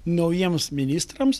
naujiems ministrams